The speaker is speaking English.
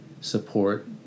support